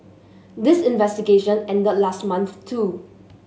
this investigation ended last month too